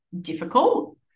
difficult